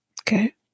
okay